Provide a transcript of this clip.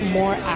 more